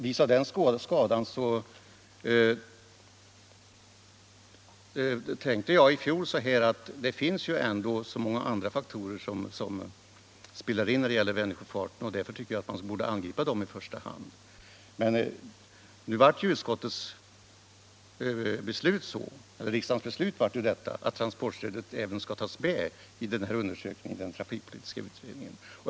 Vis av skadan tänkte jag i fjol så här: Det finns ändå så många andra faktorer som spelar in när det gäller Vänersjöfarten, och därför borde man angripa dem i första hand. Men nu vart riksdagens beslut sådant att transportstödet även skall tas med i den trafikpolitiska undersökningen.